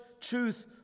truth